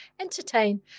entertain